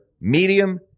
Medium